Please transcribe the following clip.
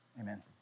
amen